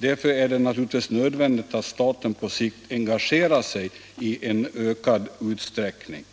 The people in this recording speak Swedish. Därför är det naturligtvis nödvändigt att staten på sikt engagerar sig i ökad utsträckning.